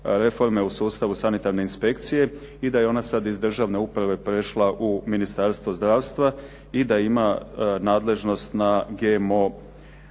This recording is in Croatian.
u sustavu Sanitarne inspekcije i da je ona sad iz državne uprave prešla u Ministarstvo zdravstva i da ima nadležnost nad GMO